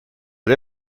but